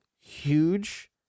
huge